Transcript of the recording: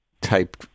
type